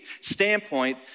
standpoint